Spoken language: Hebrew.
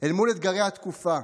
אל מול אתגרי התקופה,